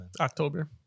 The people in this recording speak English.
october